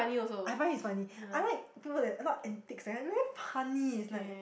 I find he's funny I like to uh a lot of entices eh very punny is like